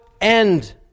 end